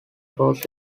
flows